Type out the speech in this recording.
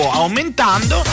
aumentando